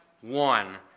One